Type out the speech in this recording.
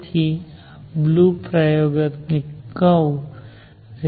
તેથી આ બ્લૂ પ્રયોગાત્મક કર્વ છે